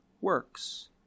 works